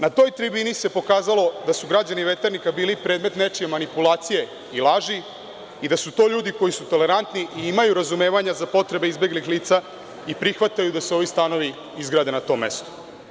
Na toj tribini se pokazalo da su građani Veternika bili predmet nečije manipulacije i laži i da su to ljudi koji su tolerantni i imaju razumevanja za potrebe izbeglih lica i prihvataju da se ovi stanovi izgrade na tom mestu.